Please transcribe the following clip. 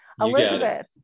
Elizabeth